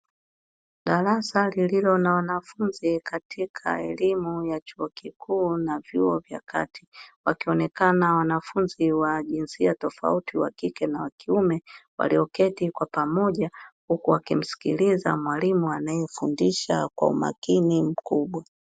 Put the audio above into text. Darasa lililo na wanafunzi katika elimu ya chuo kikuu na vyuo vya kati wakionekana wanafunzi wa jinsia tofauti wa kike na wa kiume, walioketi kwa pamoja huku wakimsikiliza mwalimu anayemfundisha kwa umakini mkubwa.